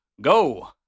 go